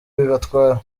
bibatwara